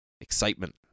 excitement